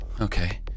Okay